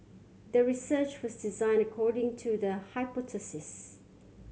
the research was designed according to the hypothesis